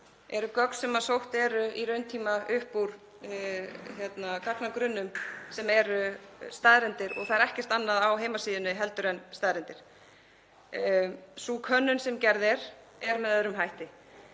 eru gögn sem sótt eru í rauntíma upp úr gagnagrunnum sem eru staðreyndir og það er ekkert annað á heimasíðunni heldur en staðreyndir. Sú könnun sem gerð er er með öðrum hætti.